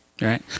right